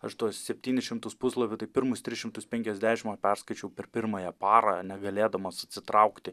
aš tuos septynis šimtus puslapių tai pirmus tris šimtus penkiasdešim aš perskaičiau per pirmąją parą negalėdamas atsitraukti